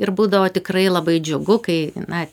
ir būdavo tikrai labai džiugu kai na